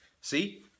See